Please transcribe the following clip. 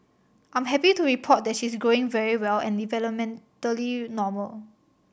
I'm happy to report that she's growing very well and developmentally normal